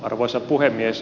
arvoisa puhemies